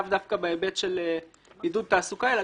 לאו דווקא בהיבט של עידוד תעסוקה אלא